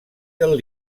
del